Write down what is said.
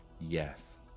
Yes